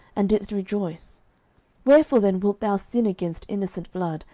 and didst rejoice wherefore then wilt thou sin against innocent blood,